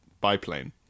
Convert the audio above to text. biplane